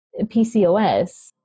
PCOS